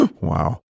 Wow